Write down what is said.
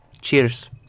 Cheers